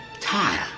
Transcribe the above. tire